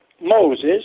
Moses